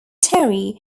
terry